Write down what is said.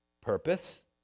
purpose